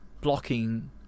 blocking